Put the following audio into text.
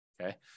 Okay